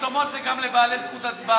אינו נוכח, חבר הכנסת אורן אסף חזן?